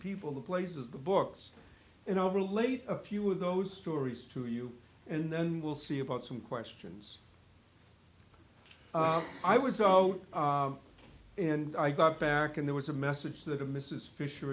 people the places the books and i relate a few of those stories to you and then we'll see about some questions i was so when i got back in there was a message that a mrs fisher